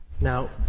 Now